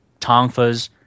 tongfas